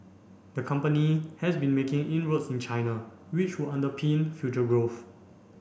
the company has been making inroads in China which would underpin future growth